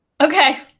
Okay